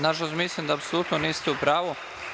Nažalost, mislim da apsolutno niste u pravu.